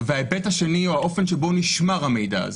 ההיבט השני הוא האופן שבו נשמר המידע הזה.